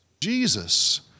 Jesus